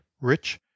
rich